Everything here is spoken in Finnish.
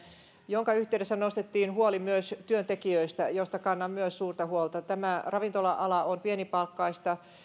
jonka yhteydessä nostettiin huoli myös työntekijöistä joista kannan myös suurta huolta ravintola ala on pienipalkkaista